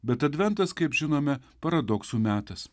bet adventas kaip žinome paradoksų metas